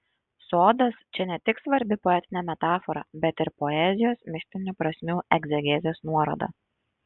sodas čia ne tik svarbi poetinė metafora bet ir poezijos mistinių prasmių egzegezės nuoroda